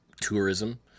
tourism